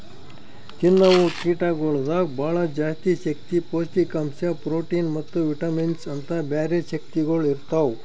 ತಿನ್ನವು ಕೀಟಗೊಳ್ದಾಗ್ ಭಾಳ ಜಾಸ್ತಿ ಶಕ್ತಿ, ಪೌಷ್ಠಿಕಾಂಶ, ಪ್ರೋಟಿನ್ ಮತ್ತ ವಿಟಮಿನ್ಸ್ ಅಂತ್ ಬ್ಯಾರೆ ಶಕ್ತಿಗೊಳ್ ಇರ್ತಾವ್